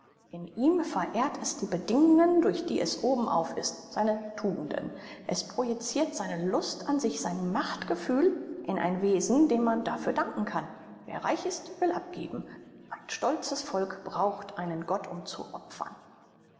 in ihm verehrt es die bedingungen durch die es obenauf ist seine tugenden es projicirt seine lust an sich sein machtgefühl in ein wesen dem man dafür danken kann wer reich ist will abgeben ein stolzes volk braucht einen gott um zu opfern